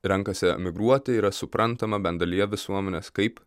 renkasi emigruoti yra suprantama bent dalyje visuomenės kaip